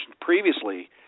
previously